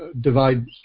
divide